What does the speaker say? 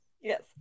Yes